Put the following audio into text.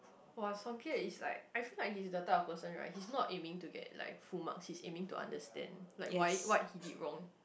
[wah] Songket is like I feel like he is the type of person right he's not aiming to get like full mark he's aiming to understand like why what he did wrong